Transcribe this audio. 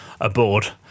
aboard